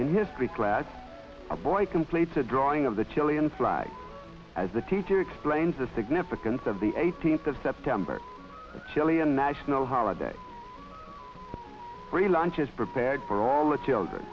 in history class a boy completes a drawing of the chilean flag as the teacher explains the significance of the eighteenth of september the chilean national holiday free lunches prepared for all the children